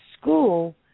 school